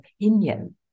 opinion